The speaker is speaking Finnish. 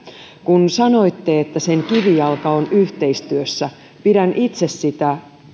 kun sanoitte että sen kivijalka on yhteistyössä pidän itse sitä